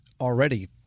already